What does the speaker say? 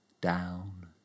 down